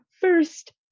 first